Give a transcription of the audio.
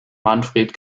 manfred